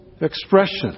expression